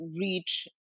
reach